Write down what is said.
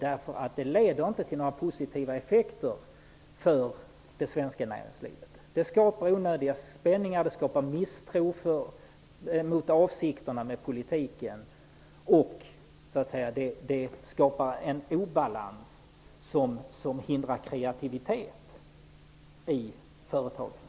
Det leder nämligen inte till några positiva effekter för det svenska näringslivet. Det skapar onödiga spänningar. Det skapar misstro mot avsikterna med politiken. Det skapar också en obalans som hindrar kreativiteten i företagandet.